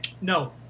no